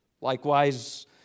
Likewise